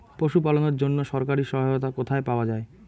পশু পালনের জন্য সরকারি সহায়তা কোথায় পাওয়া যায়?